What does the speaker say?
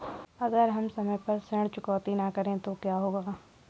अगर हम समय पर ऋण चुकौती न करें तो क्या होगा?